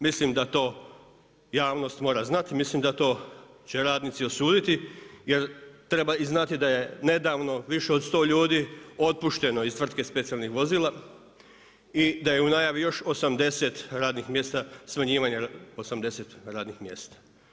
Mislim da to javnost mora znat, mislim da to će radnici osuditi jer treba i znati da je nedavno više od sto ljudi otpušteno iz tvrtke specijalnih vozila i da je u najavi još 80 radnih mjesta, smanjivanja 80 radnih mjesta.